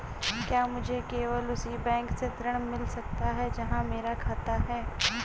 क्या मुझे केवल उसी बैंक से ऋण मिल सकता है जहां मेरा खाता है?